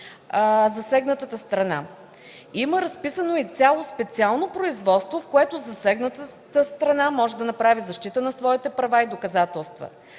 засегнатата страна. Има разписано изцяло специално производство, при което засегнатата страна може да направи защита на своите права и доказателства.